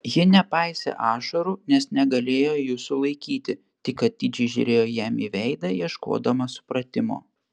ji nepaisė ašarų nes negalėjo jų sulaikyti tik atidžiai žiūrėjo jam į veidą ieškodama supratimo